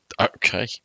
Okay